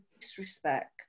disrespect